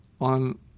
on